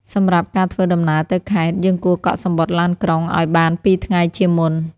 សម្រាប់ការធ្វើដំណើរទៅខេត្ត យើងគួរកក់សំបុត្រឡានក្រុងឱ្យបាន ២ ថ្ងៃជាមុន។